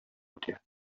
үтә